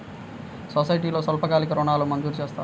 సొసైటీలో స్వల్పకాలిక ఋణాలు మంజూరు చేస్తారా?